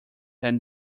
than